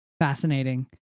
Fascinating